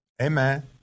Amen